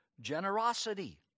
generosity